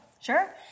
Sure